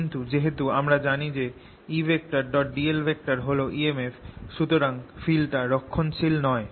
কিন্তু যেহেতু আমরা জানি যে Edl হল EMF সুতরাং ফিল্ডটা রক্ষণশীল নয়